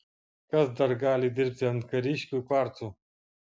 kas dar gali dirbti ant kariškių kvarcų